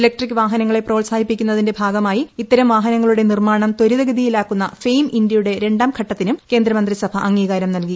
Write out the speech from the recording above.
electric വാഹനങ്ങളെ പ്രോത്സാഹിപ്പിക്കുന്നതിന്റെ ഭാഗമായി ഇത്തരം വാഹനങ്ങളുടെ നിർമ്മാണം ത്രിതഗതിയിലാക്കുന്ന ഫെയിം ഇന്ത്യയുടെ രണ്ടാംഘട്ടത്തിനും കേന്ദ്രമന്ത്രിസഭ അംഗീകാരം നൽകി